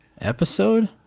episode